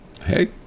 hey